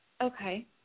Okay